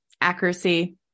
accuracy